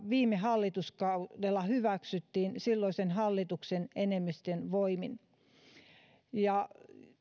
viime hallituskaudella hyväksyttiin silloisen hallituksen enemmistön voimin